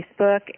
Facebook